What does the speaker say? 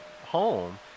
home